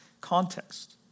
context